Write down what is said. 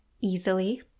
easily